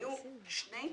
היו שני תנאים: